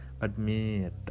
admit